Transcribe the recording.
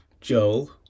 Joel